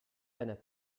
einer